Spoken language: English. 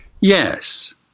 yes